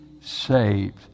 saved